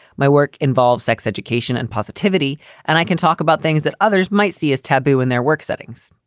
my work involves sex education and positivity and i can talk about things that others might see as taboo in their work settings.